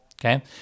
okay